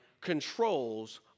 controls